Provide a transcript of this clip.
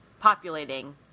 populating